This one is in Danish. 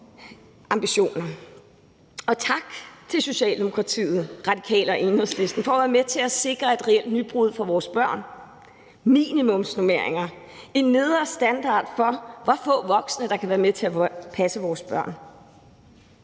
skridt. Og tak til Socialdemokratiet, Radikale og Enhedslisten for at være med til at sikre et reelt nybrud for vores børn: minimumsnormeringer, altså en nedre standard for, hvor få voksne der kan være med til at passe vores børn.